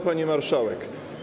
Pani Marszałek!